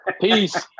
Peace